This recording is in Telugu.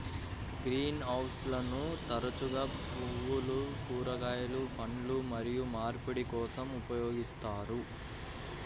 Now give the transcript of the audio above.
గ్రీన్ హౌస్లను తరచుగా పువ్వులు, కూరగాయలు, పండ్లు మరియు మార్పిడి కోసం ఉపయోగిస్తారు